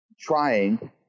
trying